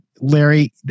Larry